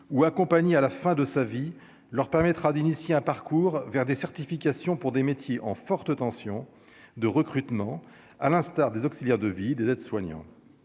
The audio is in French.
ou accompagner à la fin de sa vie, leur permettra d'initier un parcours vers des certifications pour des métiers en forte tension de recrutement à l'instar des auxiliaires de vie, des aides-soignants,